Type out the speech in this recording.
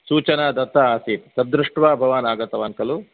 सूचता दत्ता आसीत् तद्दृष्ट्वा भवान् आगतवान् खलु